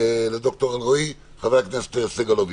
חבר הכנסת סגלוביץ',